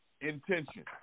Intention